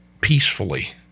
peacefully